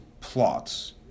plots